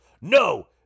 no